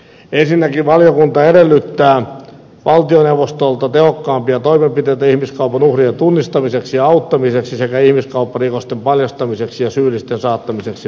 ensinnäkin valiokunta edellyttää valtioneuvostolta tehokkaampia toimenpiteitä ihmiskaupan uhrien tunnistamiseksi ja auttamiseksi sekä ihmiskaupparikosten paljastamiseksi ja syyllisten saattamiseksi vastuuseen